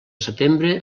setembre